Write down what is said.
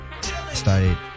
started